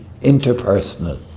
interpersonal